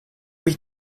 mich